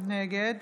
נגד